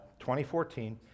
2014